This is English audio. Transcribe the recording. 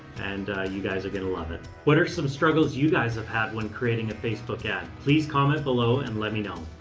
and you guys are going to love it. what are some struggles you guys have had when creating a facebook ad? please comment below and let me know.